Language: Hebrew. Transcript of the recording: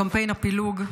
קמפיין הפילוג,